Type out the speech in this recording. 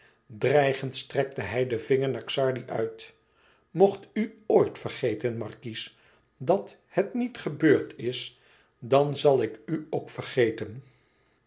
dreigend strekte hij den vinger naar xardi uit mocht u oit vergeten markies dat het niet gebeurd is dan zal ik ook vergeten